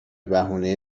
بهونه